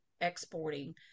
exporting